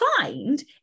find